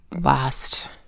Last